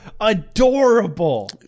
adorable